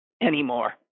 anymore